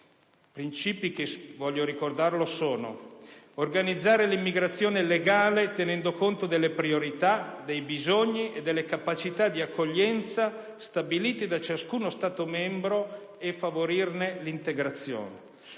principi sono: organizzare l'immigrazione legale, tenendo conto delle priorità, dei bisogni e delle capacità di accoglienza stabilite da ciascun Stato membro e favorirne l'integrazione;